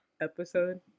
episode